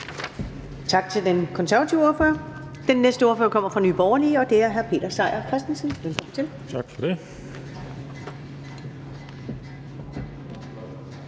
Tak til den konservative ordfører. Den næste ordfører kommer fra Nye Borgerlige, og det er hr. Peter Seier Christensen. Velkommen